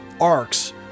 arcs